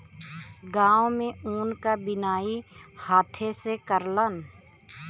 गांव में ऊन क बिनाई हाथे से करलन